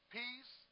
peace